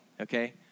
Okay